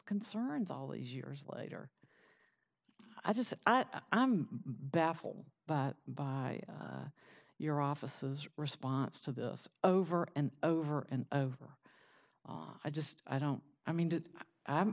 concerns all these years later i just i'm baffled but by your offices response to this over and over and over i just i don't i mean